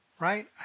Right